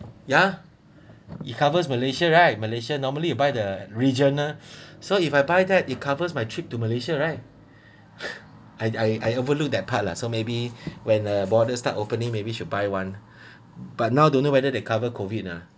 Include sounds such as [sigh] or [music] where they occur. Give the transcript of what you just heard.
ya it covers malaysia right malaysia normally you buy the regional so if I buy that it covers my trip to malaysia right [laughs] I I overlooked that part lah so maybe when a border start opening maybe should buy [one] but now don't know whether they cover COVID uh